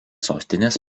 sostinės